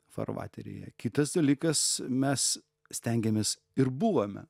farvateryje kitas dalykas mes stengėmės ir buvome